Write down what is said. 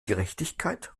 gerechtigkeit